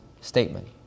statement